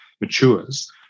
matures